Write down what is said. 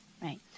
Right